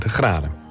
graden